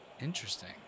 Interesting